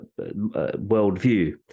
worldview